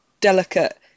delicate